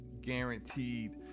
guaranteed